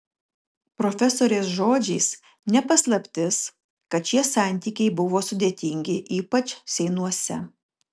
profesorės žodžiais ne paslaptis kad šie santykiai buvo sudėtingi ypač seinuose